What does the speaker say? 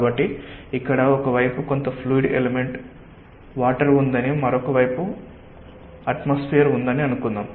కాబట్టి ఇక్కడ ఒక వైపు కొంత ఫ్లూయిడ్ ఎలెమెంట్ వాటర్ ఉందని మరొక వైపు అట్మాస్ఫియర్ ఉందని అనుకుందాం